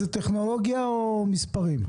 זה טכנולוגיה או מספרים?